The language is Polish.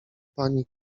pani